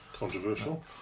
Controversial